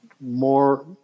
More